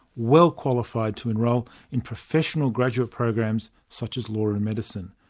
well qualified to enrol in professional graduate programs such as law and medicine.